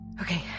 Okay